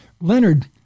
Leonard